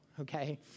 okay